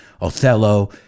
Othello